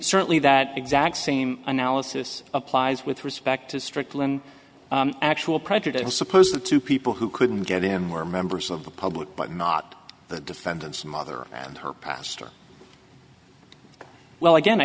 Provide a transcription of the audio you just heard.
certainly that exact same analysis applies with respect to strickland actual prejudicial suppose the two people who couldn't get him were members of the public but not the defendant's mother and her pastor well again i